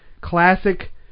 classic